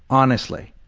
honestly,